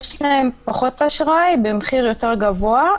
יש להם פחות אשראי במחיר יותר גבוה,